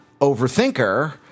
overthinker